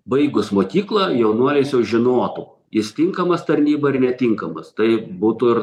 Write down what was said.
baigus mokyklą jaunuolis jau žinotų jis tinkamas tarnybai ir netinkamas tai būtų ir